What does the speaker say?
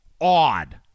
odd